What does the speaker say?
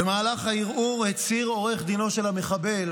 במהלך הערעור הצהיר עורך דינו של המחבל